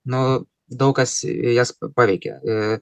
nu daug kas jas paveikia ir